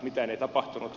mitään ei tapahtunut